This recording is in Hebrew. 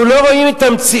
אנחנו לא רואים את המציאות,